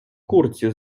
курці